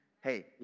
Hey